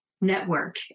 network